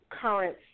current